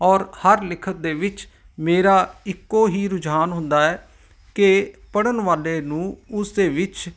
ਔਰ ਹਰ ਲਿਖਤ ਦੇ ਵਿੱਚ ਮੇਰਾ ਇੱਕੋ ਹੀ ਰੁਝਾਨ ਹੁੰਦਾ ਹੈ ਕਿ ਪੜ੍ਹਨ ਵਾਲੇ ਨੂੰ ਉਸ ਦੇ ਵਿੱਚ